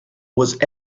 was